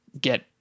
get